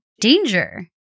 danger